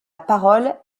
parole